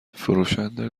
فروشنده